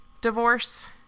divorce